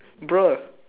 bruh